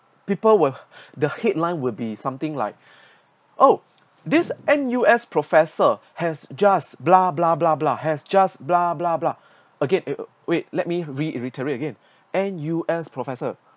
people were the headline will be something like oh this N_U_S professor has just blah blah blah blah has just blah blah blah again uh wait let me reiterate again N_U_S professor